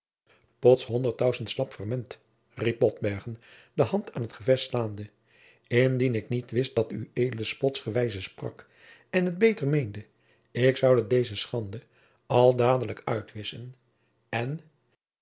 slapferment riep botbergen de hand aan t gevest slaande indien ik niet wist dat ued spotsgewijze sprak en het beter meende ik zoude deze schande al dadelijk uitwisschen en